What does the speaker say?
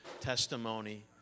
testimony